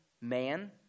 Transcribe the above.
man